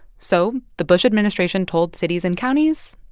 so the bush administration told cities and counties,